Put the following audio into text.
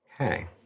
Okay